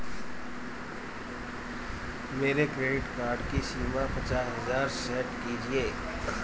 मेरे credit card की सीमा पचास हजार सेट कीजिए